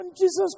Jesus